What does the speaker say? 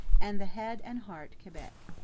and the head and heart quebec.